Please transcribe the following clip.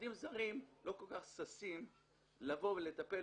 והעובדים כהזרים לא כל כך ששים לבוא ולטפל